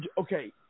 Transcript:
okay